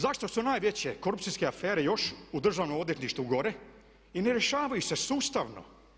Zašto su najveće korupcijske afere još u državnom odvjetništvu gore i ne rješavaju se sustavno?